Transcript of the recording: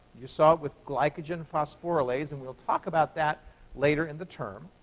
you saw it with glycogen phosphorylase, and we'll talk about that later in the term.